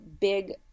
big